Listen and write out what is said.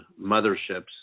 motherships